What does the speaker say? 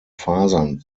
fasern